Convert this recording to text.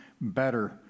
better